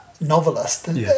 novelist